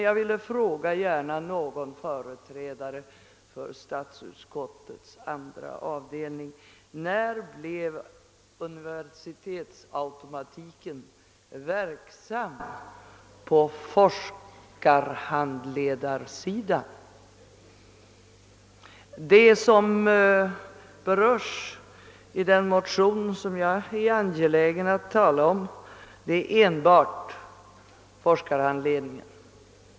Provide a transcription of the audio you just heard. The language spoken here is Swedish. Jag vill gärna fråga någon företrädare för statsutskottets andra avdelning: När blev universitetsautomatiken verksam på forskarhandledarsidan? Vad som berörs i det motionspar som jag är angelägen att tala för är enbart forskarhandledningen.